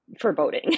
foreboding